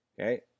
Okay